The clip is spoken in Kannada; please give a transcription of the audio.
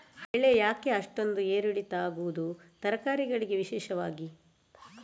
ಬೆಳೆ ಯಾಕೆ ಅಷ್ಟೊಂದು ಏರು ಇಳಿತ ಆಗುವುದು, ತರಕಾರಿ ಗಳಿಗೆ ವಿಶೇಷವಾಗಿ?